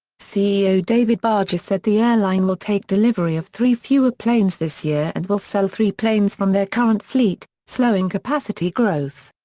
ceo david barger said the airline will take delivery of three fewer planes this year and will sell three planes from their current fleet, slowing capacity growth.